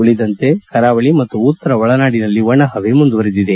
ಉಳಿದಂತೆ ಕರಾವಳಿ ಮತ್ತು ಉತ್ತರ ಒಳನಾಡಿನಲ್ಲಿ ಒಣಹವೆ ಮುಂದುವರಿದಿದೆ